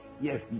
Yes